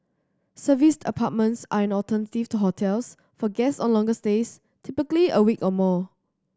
serviced apartments are an alternative to hotels for guests on longer stays typically a week or more